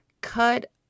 cut